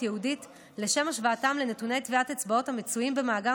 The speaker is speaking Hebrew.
ייעודית לשם השוואתן לנתוני טביעות אצבעות המצויים במאגר